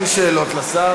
אין שאלות לשר.